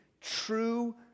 true